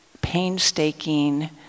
painstaking